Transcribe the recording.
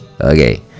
Okay